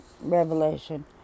revelation